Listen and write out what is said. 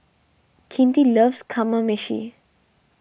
Kinte loves Kamameshi